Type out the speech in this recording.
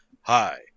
hi